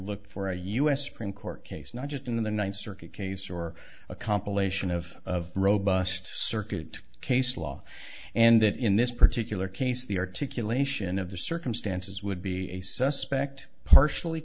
look for a u s supreme court case not just in the ninth circuit case or a compilation of of robust circuit case law and that in this particular case the articulation of the circumstances would be a suspect partially